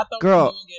Girl